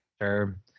Sure